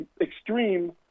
extreme